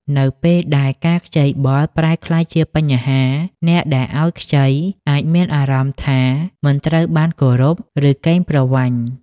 នៅពេលដែលការខ្ចីបុលប្រែក្លាយជាបញ្ហា អ្នកដែលឲ្យខ្ចីអាចមានអារម្មណ៍ថាមិនត្រូវបានគោរព ឬកេងប្រវ័ញ្ច។